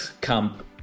camp